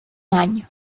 año